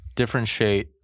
differentiate